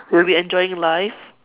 we'll be enjoying life